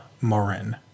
Morin